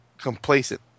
complacent